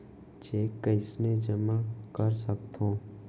Cheque कईसने जेमा कर सकथो?